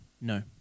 no